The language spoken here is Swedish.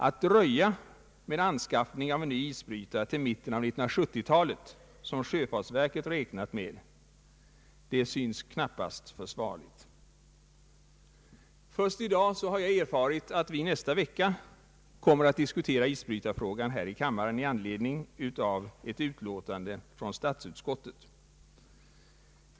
Att dröja med anskaffning av en ny isbrytare till mitten av 1970-talet, som sjöfartsverket räknat med, synes knappast försvarligt. Först i dag har jag erfarit att vi här i kammaren nästa vecka kommer att diskutera isbrytarfrågan i anledning av ett utlåtande från statsutskottet.